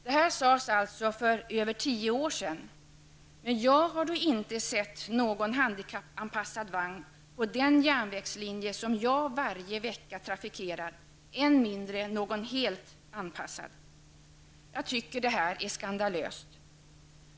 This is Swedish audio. Detta sades alltså för över tio år sedan, men jag har då inte sett någon handikappanpassad vagn på den järnvägslinje som jag varje vecka trafikerar, än mindre någon helt anpassad. Jag tycker att detta är skandalöst.